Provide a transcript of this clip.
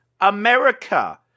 America